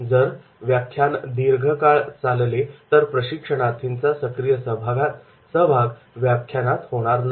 जर व्याख्यान दीर्घकाळ चालले तर प्रशिक्षणार्थींचा सक्रिय सहभाग व्याख्यानात होणार नाही